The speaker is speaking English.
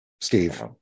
Steve